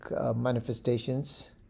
manifestations